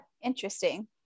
Interesting